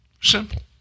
Simple